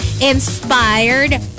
Inspired